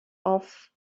off